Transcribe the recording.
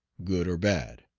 good or bad.